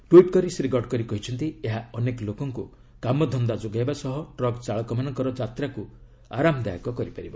tweet କରି ଶ୍ରୀ ଗଡ଼କରୀ କହିଛନ୍ତି ଏହା ଅନେକ ଲୋକଙ୍କୁ କାମଧନ୍ଦା ଯୋଗାଇବା ସହ ଟ୍ରକ୍ ଚାଳକମାନଙ୍କର ଯାତ୍ରାକୁ ଆରାମଦାୟକ କରିପାରିବ